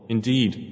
Indeed